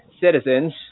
citizens